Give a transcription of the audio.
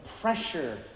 pressure